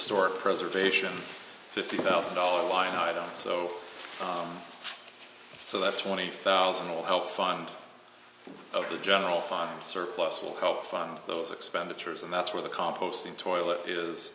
store preservation fifty thousand dollars wind i don't so on so that twenty five thousand will help fund of the general fund surplus will help fund those expenditures and that's where the composting toilet is